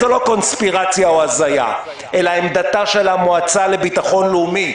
וזאת לא קונספירציה או הזיה אלא עמדתה של המועצה לביטחון לאומי,